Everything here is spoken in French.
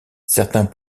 certains